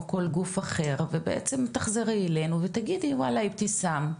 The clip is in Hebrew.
כל גוף אחר ובעצם תחזרי אלינו ותגידי "וואלה אבתיסאם,